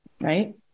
Right